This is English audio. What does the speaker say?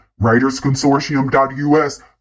WritersConsortium.us